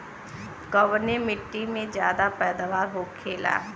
कवने मिट्टी में ज्यादा पैदावार होखेला?